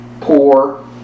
poor